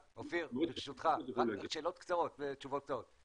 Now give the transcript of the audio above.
ברשותך, שאלות קצרות ותשובות קצרות.